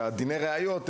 בגלל דיני הראיות.